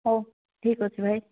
ହଉ ଠିକ୍ ଅଛି ଭାଇ